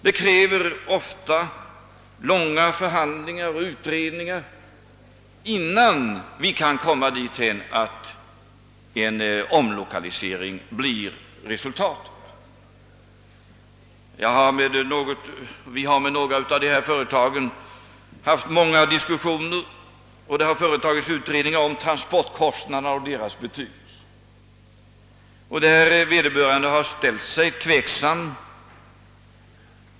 Det krävs ofta långa förhandlingar och utredningar innan vi kan komma dithän att en omlokalisering blir resultatet. — Vi har med några av de aktuella företagen haft många diskussioner, och det har företagits utredningar om transportkostnaderna och deras betydelse, varvid vederbörande ställt sig tveksamma.